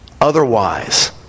Otherwise